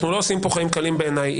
בעיניי אנחנו לא עושים כאן חיים קלים עם